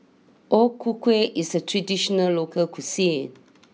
O Ku Kueh is a traditional local cuisine